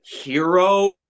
hero